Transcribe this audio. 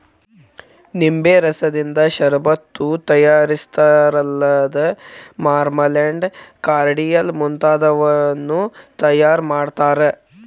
ನಿಂಬೆ ರಸದಿಂದ ಷರಬತ್ತು ತಯಾರಿಸ್ತಾರಲ್ಲದ ಮಾರ್ಮಲೆಂಡ್, ಕಾರ್ಡಿಯಲ್ ಮುಂತಾದವನ್ನೂ ತಯಾರ್ ಮಾಡ್ತಾರ